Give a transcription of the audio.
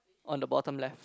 on the bottom left